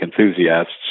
enthusiasts